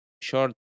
short